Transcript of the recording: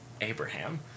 Abraham